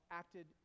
acted